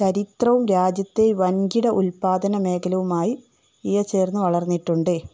ചരിത്രവും രാജ്യത്തെ വൻകിട ഉൽപാദന മേഖലയുമായി ഇഴ ചേർന്ന് വളർന്നിട്ടുണ്ട്